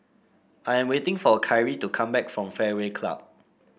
I am waiting for Kyree to come back from Fairway Club